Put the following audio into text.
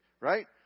Right